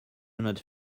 not